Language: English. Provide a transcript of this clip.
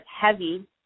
heavy